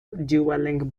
dueling